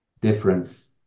difference